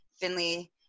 Finley